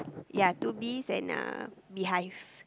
ya two bees and a beehive